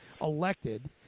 elected